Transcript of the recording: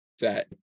set